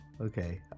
Okay